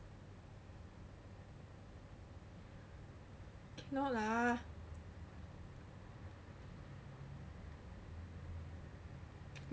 cannot lah